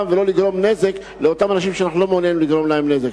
ולא לגרום נזק לאותם אנשים שאנחנו לא מעוניינים לגרום להם נזק.